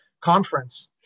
Conference